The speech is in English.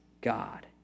God